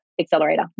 accelerator